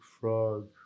frog